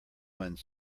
one